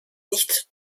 nicht